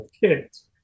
kids